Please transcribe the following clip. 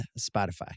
Spotify